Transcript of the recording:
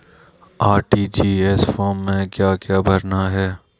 RTGS form में क्या क्या भरना है?